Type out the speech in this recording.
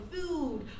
food